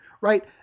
right